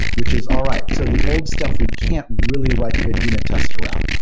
which is, all right. so the old stuff we can't really write good unit test around.